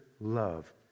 love